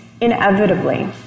inevitably